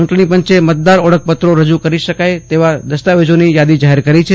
ચૂંટણીપંચે મતદારની ઓળખ માટે રજુ કરી શકાય તેવા દસ્તાવેજોની યાદી જાહેર કરી છે